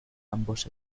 ambos